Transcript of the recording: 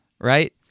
right